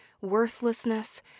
worthlessness